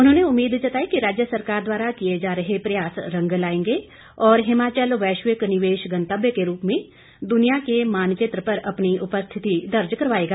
उन्होंने उम्मीद जताई कि राज्य सरकार द्वारा किए जा रहे प्रयास रंग लाएंगे और हिमाचल वैश्विक निवेश गंतव्य के रूप में दुनिया के मानचित्र पर अपनी उपस्थिति दर्ज करवाएगा